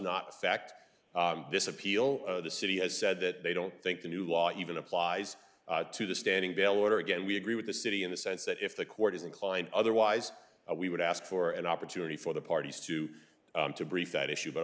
sacked this appeal the city has said that they don't think the new law even applies to the standing bail order again we agree with the city in the sense that if the court is inclined otherwise we would ask for an opportunity for the parties to to brief that issue but